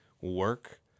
work